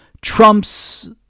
Trump's